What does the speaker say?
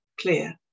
clear